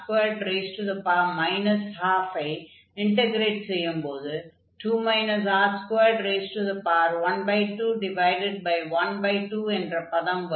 2r2 r2 12 ஐ integrate செய்யும்போது 2 r21212 என்ற பதம் வரும்